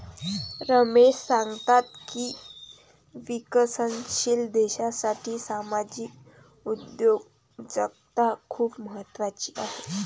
रमेश सांगतात की विकसनशील देशासाठी सामाजिक उद्योजकता खूप महत्त्वाची आहे